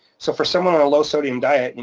so for someone on a low sodium diet, you know